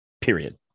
period